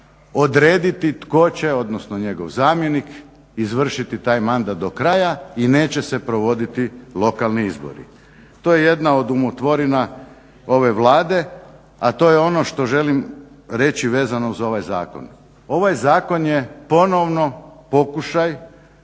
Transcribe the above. odrediti tko će odnosno njegov zamjenik, izvršiti taj mandat do kraja i neće se provoditi lokalni izbori. To je jedna od umotvorina ove Vlade, a to je ono što želim reći vezano uz ovaj zakon. ovaj zakon je ponovno pokušaj